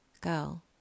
girl